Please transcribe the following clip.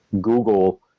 Google